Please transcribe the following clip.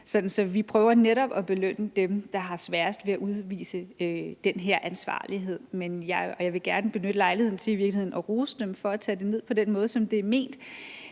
Så vi prøver netop at belønne dem, der har sværest ved at udvise den her ansvarlighed. Og jeg vil gerne benytte lejligheden til at rose dem for at tage det ned på den måde, som det er ment.